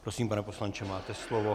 Prosím, pane poslanče, máte slovo.